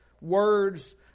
words